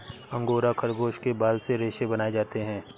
angora खरगोश के बाल से रेशे बनाए जाते हैं